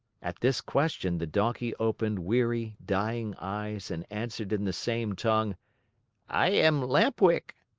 at this question, the donkey opened weary, dying eyes and answered in the same tongue i am lamp-wick.